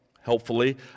helpfully